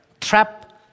trap